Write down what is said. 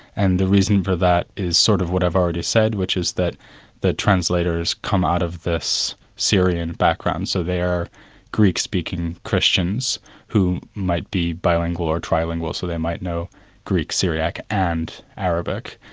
and the reason for that is sort of what i've already said which is that the translators come out of this syrian background, so they're greek-speaking christians who might be bilingual or trilingual, so they might know greek syriac and arabic.